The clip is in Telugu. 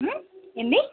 ఎన్నీ